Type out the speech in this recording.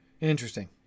Interesting